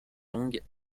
longues